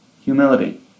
humility